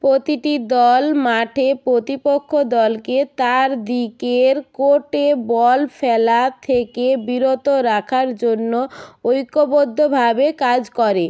প্রতিটি দল মাঠে প্রতিপক্ষ দলকে তার দিকের কোর্টে বল ফেলা থেকে বিরত রাখার জন্য ঐক্যবদ্ধভাবে কাজ করে